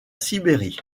sibérie